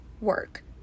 work